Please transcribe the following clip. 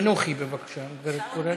תנוחי בבקשה, הגברת קורן.